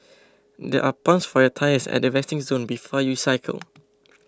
there are pumps for your tyres at the resting zone before you cycle